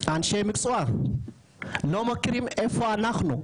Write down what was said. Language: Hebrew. אנשי מקצוע לא מכירים איפה אנחנו,